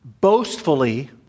boastfully